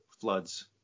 floods